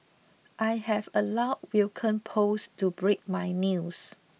I have allowed Vulcan post to break my news